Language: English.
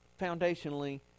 foundationally